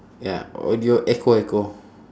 ya or it will echo echo